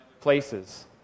places